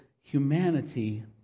humanity